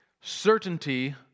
certainty